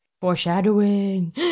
Foreshadowing